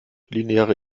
lineare